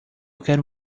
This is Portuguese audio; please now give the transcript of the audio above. quero